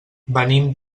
venim